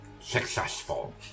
successful